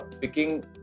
picking